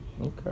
Okay